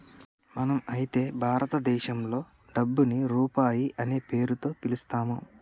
మనం అయితే భారతదేశంలో డబ్బుని రూపాయి అనే పేరుతో పిలుత్తాము